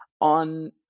on